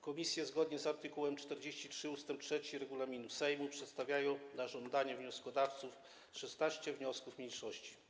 Komisje, zgodnie z art. 43 ust. 3 regulaminu Sejmu, przedstawiają na żądanie wnioskodawców 16 wniosków mniejszości.